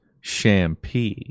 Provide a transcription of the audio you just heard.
shampoo